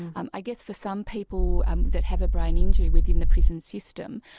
um i guess for some people um that have a brain injury within the prison system,